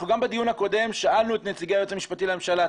אנחנו גם בדיון הקודם שאלנו את נציגי היועץ המשפטי לממשלה,